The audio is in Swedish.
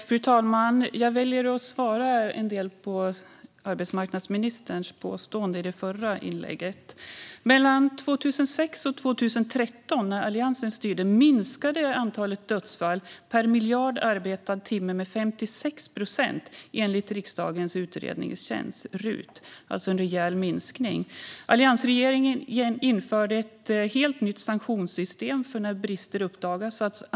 Fru talman! Jag väljer att ge svar på en del av arbetsmarknadsministerns påståenden i hennes förra anförande. Mellan 2006 och 2013, när Alliansen styrde, minskade antalet dödsfall per miljard arbetad timme med 56 procent, enligt riksdagens utredningstjänst, RUT. Det var en rejäl minskning. Alliansregeringen införde ett helt nytt sanktionssystem för när brister uppdagas.